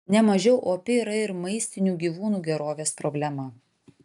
nemažiau opi yra ir maistinių gyvūnų gerovės problema